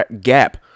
gap